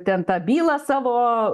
ten tą bylą savo